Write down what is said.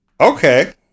okay